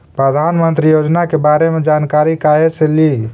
प्रधानमंत्री योजना के बारे मे जानकारी काहे से ली?